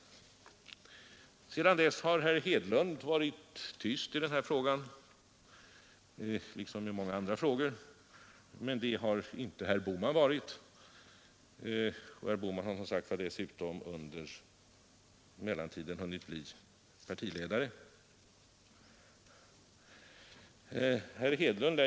Sedan dess har herr Hedlund varit tyst i den här frågan — liksom i många andra frågor — men det har inte herr Bohman varit, och herr Bohman har som sagt dessutom under mellantiden hunnit bli partiledare.